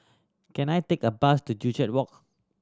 can I take a bus to Joo Chiat Walk